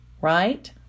right